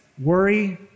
worry